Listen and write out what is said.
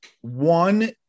One